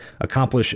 accomplish